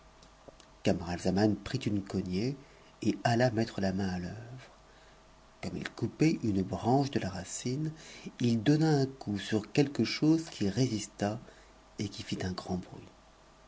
camaralzaman prit une cognée et alla mettre la main à t'œuvre comme il coupait une branche de la racine il donna un coup sur quelque chose qui résista et qui fit un grand bruit